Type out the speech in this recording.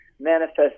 manifest